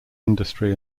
industry